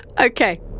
Okay